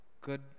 good